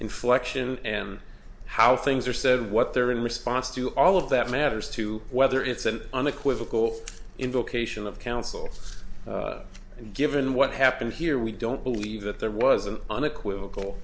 inflection and how things are said what they're in response to all of that matters to whether it's an unequivocal invocation of counsel and given what happened here we don't believe that there was an unequivocal